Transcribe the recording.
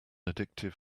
addictive